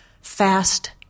fast